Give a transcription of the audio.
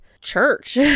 church